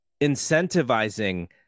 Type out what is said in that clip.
incentivizing